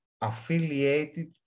affiliated